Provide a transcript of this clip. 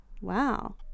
Wow